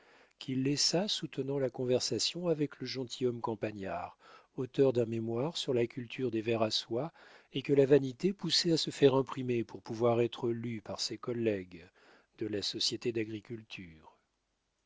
qu'il laissa soutenant la conversation avec le gentilhomme campagnard auteur d'un mémoire sur la culture des vers à soie et que la vanité poussait à se faire imprimer pour pouvoir être lu par ses collègues de la société d'agriculture